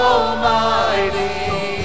Almighty